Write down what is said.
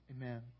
Amen